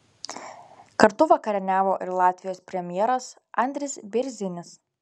kartu vakarieniavo ir latvijos premjeras andris bėrzinis